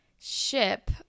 Ship